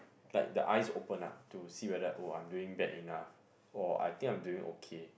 like the eyes open up to see whether oh I'm doing bad enough or I think I'm doing okay